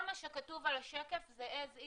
כל מה שכתוב על השקף זה כמו שהוא,